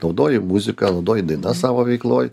naudoji muziką naudoji dainas savo veikloj